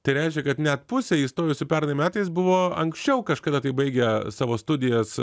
tai reiškia kad net pusė įstojusių pernai metais buvo anksčiau kažkada kai baigę savo studijas